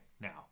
now